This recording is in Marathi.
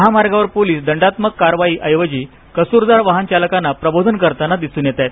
महामार्गावर पोलीस दंडात्मक कारवाई ऐवजी कसूरदार वाहन चालकांना प्रबोधन करताना दिसून येत आहेत